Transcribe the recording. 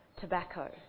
tobacco